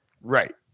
Right